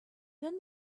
then